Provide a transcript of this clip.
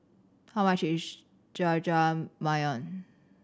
how much is Jajangmyeon